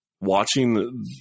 watching